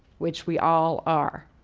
which we all are